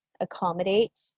accommodate